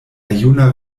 juna